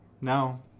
No